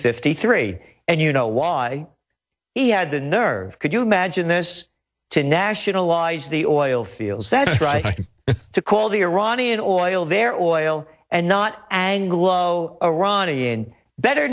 fifty three and you know why he had the nerve could you imagine this to nationalize the oil fields that's right to call the iranian oil their oil and not anglo iranian better